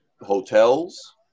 hotels